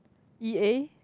E_A